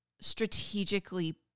strategically